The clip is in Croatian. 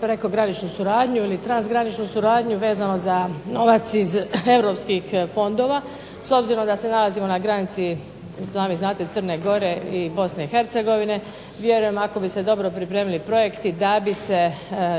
prekograničnu suradnju ili transgraničnu suradnju vezano za novac iz europskih fondova, s obzirom da se nalazimo na granici i sami znate Crne Gore i Bosne i Hercegovine, vjerujem ako bi se dobro pripremili projekti da bi se